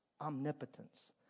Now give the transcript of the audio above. Omnipotence